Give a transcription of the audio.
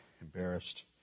embarrassed